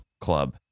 club